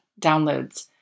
downloads